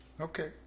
Okay